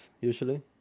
usually